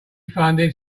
funded